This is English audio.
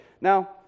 Now